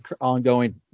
ongoing